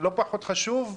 לא פחות חשוב,